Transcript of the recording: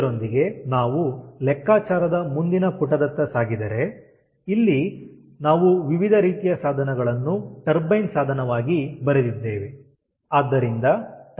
ಇದರೊಂದಿಗೆ ನಾವು ಲೆಕ್ಕಾಚಾರದ ಮುಂದಿನ ಪುಟದತ್ತ ಸಾಗಿದರೆ ಇಲ್ಲಿ ನಾವು ವಿವಿಧ ರೀತಿಯ ಸಾಧನಗಳನ್ನು ಟರ್ಬೈನ್ ಸಾಧನವಾಗಿ ಬರೆದಿದ್ದೇವೆ